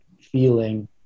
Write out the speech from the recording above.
feeling